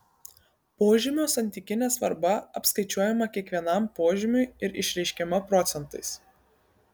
požymio santykinė svarba apskaičiuojama kiekvienam požymiui ir išreiškiama procentais